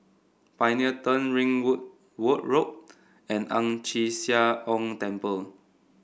Pioneer Turn Ringwood Wood Road and Ang Chee Sia Ong Temple